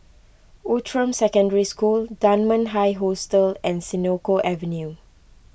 Outram Secondary School Dunman High Hostel and Senoko Avenue